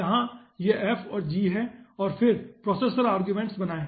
यहाँ यह f और g हैं और फिर प्रोसेसर आर्ग्यूमेंट्स बनाएं